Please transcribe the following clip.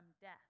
death